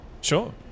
Sure